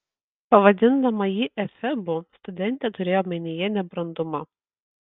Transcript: pavadindama jį efebu studentė turėjo omenyje nebrandumą